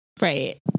Right